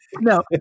no